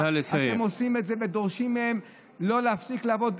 אתם עושים את זה ודורשים מהן לא להפסיק לעבוד.